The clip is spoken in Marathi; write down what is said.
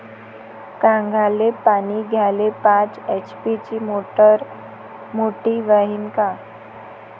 कांद्याले पानी द्याले पाच एच.पी ची मोटार मोटी व्हईन का?